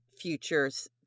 futures